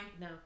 No